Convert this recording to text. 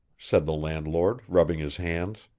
said the landlord rubbing his hands.